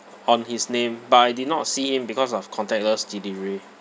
on his name but I did not see him because of contactless delivery